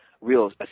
real